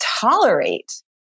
tolerate